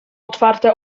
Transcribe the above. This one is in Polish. otwarte